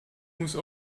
muss